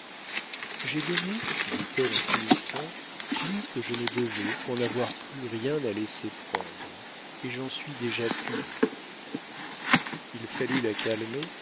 j'ai donné dit-elle en finissant plus que je ne devais pour n'avoir plus rien à laisser prendre et j'en suis déjà punie il fallut la calmer